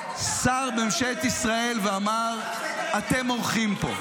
----- שר בממשלת ישראל ואמר: אתם אורחים פה.